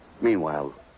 Meanwhile